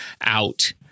out